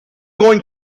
going